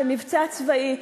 של מבצע צבאי,